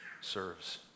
serves